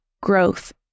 growth